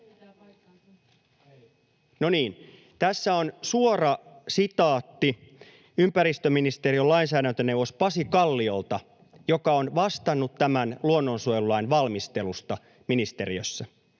No niin, tässä on suora sitaatti ympäristöministeriön lainsäädäntöneuvos Pasi Kalliolta, joka on vastannut tämän luonnonsuojelulain valmistelusta ministeriössä.